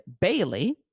Bailey